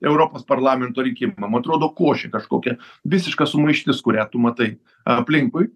europos parlamento rinkimam atrodo košė kažkokia visiška sumaištis kurią tu matai aplinkui